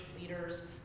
leaders